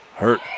Hurt